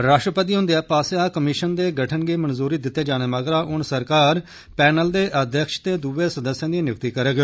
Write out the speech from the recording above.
राश्ट्रपति हुंदे पास्सेआ कमीशन दे गठन गी मंजूरी दित्ते जाने मगरा हून सरकार पैनल दे अघ्यक्ष ते दुए सदस्यें दी नियुक्ति करग